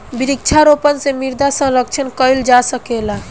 वृक्षारोपण से मृदा संरक्षण कईल जा सकेला